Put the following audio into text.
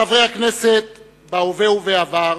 חברי הכנסת בהווה ובעבר,